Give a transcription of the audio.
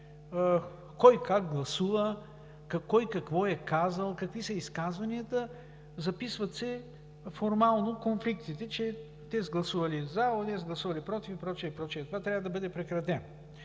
кой как гласува, кой какво е казал, какви са изказванията. Записват се формално конфликтите, че тези гласували „за“, онези гласували – „против“, и прочие, и прочие. Това трябва да бъде прекратено!